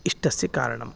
इष्टस्य कारणम्